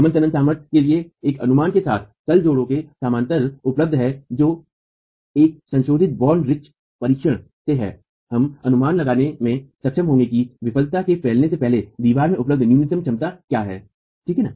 नमन तनन सामर्थ्य के एक अनुमान के साथ तल जोड़ के समानांतर उपलब्ध है जो एक संशोधित बॉन्ड रिंच परीक्षण से है हम अनुमान लगाने में सक्षम होंगे कि विफलता के फैलने से पहले दीवार में उपलब्ध न्यूनतम क्षमता क्या है ठीक है